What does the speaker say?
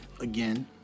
again